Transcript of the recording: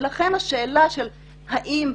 לכן השאלה של האם,